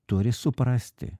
turi suprasti